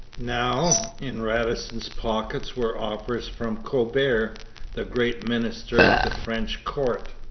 now, in radisson's pockets were offers from colbert, the great minister at the french court,